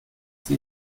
sie